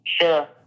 Sure